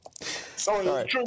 Sorry